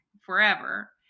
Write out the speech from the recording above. forever